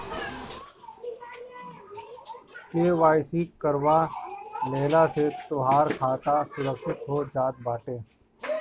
KYC करवा लेहला से तोहार खाता सुरक्षित हो जात बाटे